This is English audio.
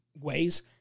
ways